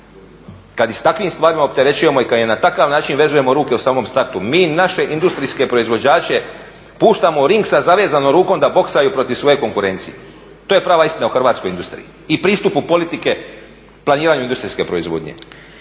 kad ih s takvim stvarima opterećujemo i kad im na takav način vezujemo ruke u samom startu. Mi naše industrijske proizvođače puštamo u ring sa zavezanom rukom da boksaju protiv svoje konkurencije. To je prava istina o hrvatskoj industriji i pristupu politike planiranja industrijske proizvodnje.